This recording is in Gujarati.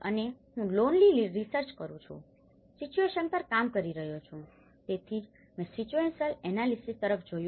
અને હું લોનલી રિસર્ચર છું સિચુએશન પર કામ કરી રહ્યો છું તેથી જ મેં સિચુએશનલ એનાલીસીસ તરફ જોયું